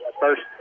first